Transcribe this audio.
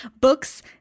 books